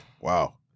Wow